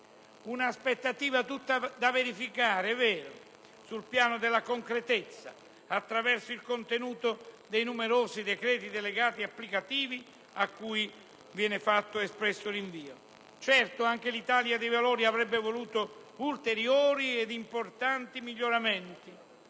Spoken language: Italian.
un'aspettativa tutta da verificare sul piano della concretezza, attraverso il contenuto dei numerosi decreti delegati applicativi a cui viene fatto espresso rinvio. Certo, anche l'Italia dei Valori avrebbe voluto ulteriori ed importanti miglioramenti,